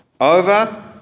over